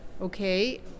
okay